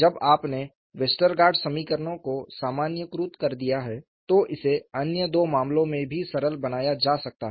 जब आपने वेस्टरगार्ड समीकरण को सामान्यीकृत कर दिया है तो इसे अन्य दो मामलों में भी सरल बनाया जा सकता है